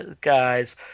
guys